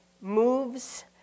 moves